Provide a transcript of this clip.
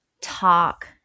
talk